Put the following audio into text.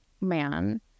man